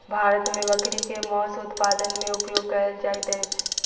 भारत मे बकरी के मौस उत्पादन मे उपयोग कयल जाइत अछि